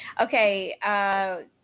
Okay